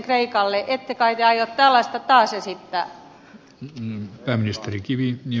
ette kai te aio tällaista taas esittää